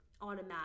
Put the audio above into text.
automatic